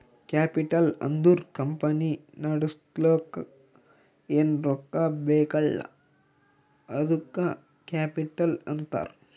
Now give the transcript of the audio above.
capital ಅಂದುರ್ company ನಡುಸ್ಲಕ್ ಏನ್ ರೊಕ್ಕಾ ಬೇಕಲ್ಲ ಅದ್ದುಕ ಕ್ಯಾಪಿಟಲ್ ಅಂತಾರ್